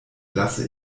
lasse